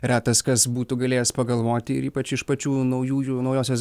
retas kas būtų galėjęs pagalvoti ir ypač iš pačių naujųjų naujosios